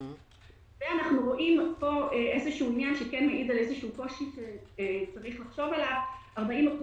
אנחנו רואים פה עניין שמעיד על קושי שצריך לחשוב עליו: ב-40%